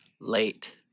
Late